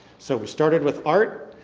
so we started with art.